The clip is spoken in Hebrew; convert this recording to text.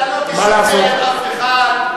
אתה לא תשכנע אף אחד.